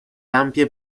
ampie